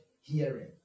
hearing